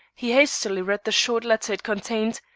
he hastily read the short letter it contained,